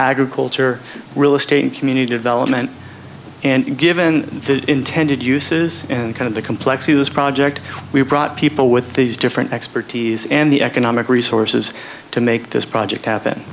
agriculture real estate and community development and given the intended uses and kind of the complex use project we've brought people with these different expertise and the economic resources to make this project happen